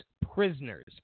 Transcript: prisoners